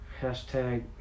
#hashtag